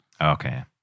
Okay